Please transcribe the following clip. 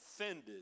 offended